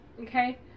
okay